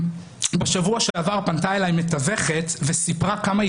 בשבוע שעבר פנתה אליי מתווכת ואמרה לי עד כמה היא